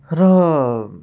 र